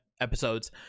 episodes